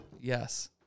Yes